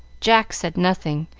jack said nothing,